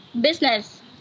business